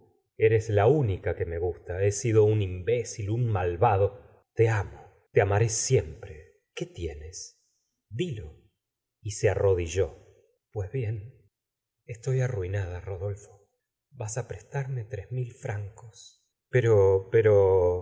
eres la única que me gusta he sido un imbécil un malvado te amo te amaré siempre qué tienes dilo y se arrodilló pues bien estoy arruinada rodolfo vas á prestarme tres mil francos pero pero